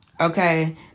okay